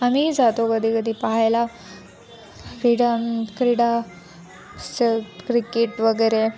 आम्हीही जातो कधी कधी पाहायला क्रीडा क्रीडा स क्रिकेट वगैरे